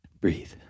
breathe